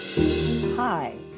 Hi